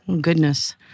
Goodness